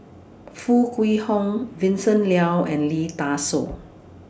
Foo Kwee Horng Vincent Leow and Lee Dai Soh